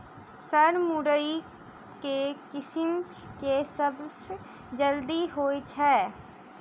Sir मुरई केँ किसिम केँ सबसँ जल्दी होइ छै?